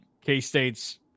K-State's